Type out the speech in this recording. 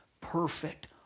perfect